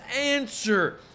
answer